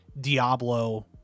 Diablo